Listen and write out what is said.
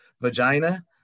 vagina